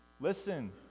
Listen